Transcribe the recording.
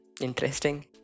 interesting